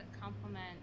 complement